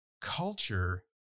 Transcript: culture